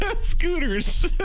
Scooters